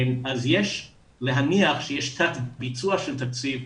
אז יש להניח שיש תת ביצוע של תקציב.